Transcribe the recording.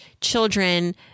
children